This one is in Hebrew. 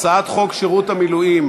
הצעת חוק שירות המילואים